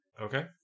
Okay